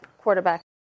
quarterback